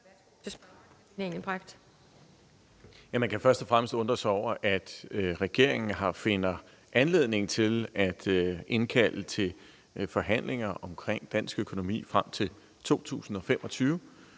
Man kan først og fremmest undre sig over, at regeringen finder anledning til at indkalde til forhandlinger om dansk økonomi frem til 2025